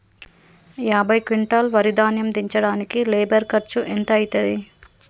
యాభై క్వింటాల్ వరి ధాన్యము దించడానికి లేబర్ ఖర్చు ఎంత అయితది?